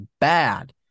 bad